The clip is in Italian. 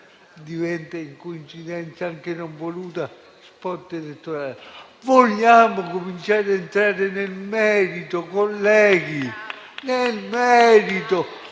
diventa, per coincidenza anche non voluta, uno *spot* elettorale. Vogliamo cominciare a entrare nel merito, colleghi?